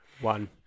One